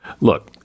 Look